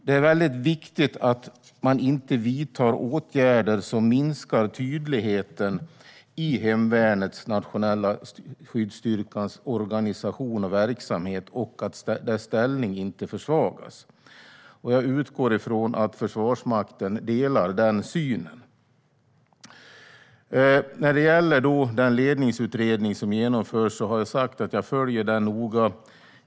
Det är väldigt viktigt att man inte vidtar åtgärder som minskar tydligheten i hemvärnets nationella skyddsstyrkas organisation och verksamhet och att dess ställning inte försvagas. Jag utgår från att Försvarsmakten delar den synen. När det gäller den ledningsutredning som genomförs har jag sagt att jag följer den noga.